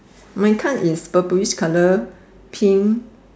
my card is Burberry's colour pink